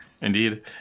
Indeed